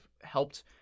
helped